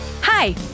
Hi